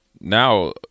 now